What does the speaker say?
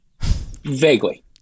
Vaguely